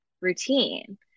routine